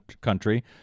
country